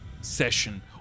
session